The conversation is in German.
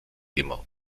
immer